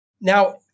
Now